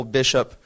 bishop